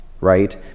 right